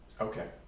Okay